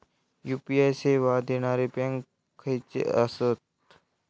UPI सेवा देणारे bank खयचे आसत?